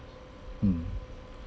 mm